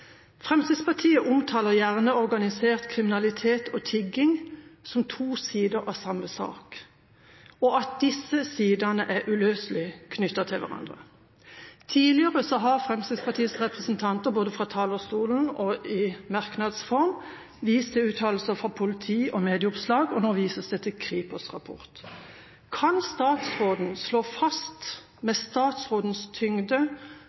Fremskrittspartiet omtaler gjerne organisert kriminalitet og tigging som to sider av samme sak, og at disse sidene er uløselig knyttet til hverandre. Tidligere har Fremskrittspartiets representanter både fra talerstolen og i merknads form vist til uttalelser fra politiet og medieoppslag, og nå vises det til Kripos’ rapport. Kan statsråden slå fast – med statsrådens tyngde